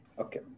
Okay